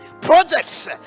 Projects